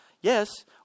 Yes